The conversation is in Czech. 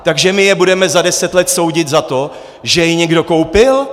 Takže my je budeme za deset let soudit za to, že je někdo koupil?